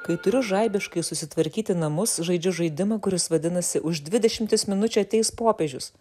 kai turiu žaibiškai susitvarkyti namus žaidžiu žaidimą kuris vadinasi už dvidešimties minučių ateis popiežius